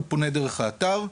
הוא פונה דרך האתר,